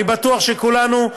אני בטוח שכולנו,